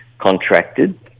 contracted